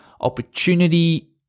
opportunity